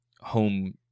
home